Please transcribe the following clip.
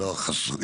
בכל